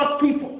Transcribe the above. people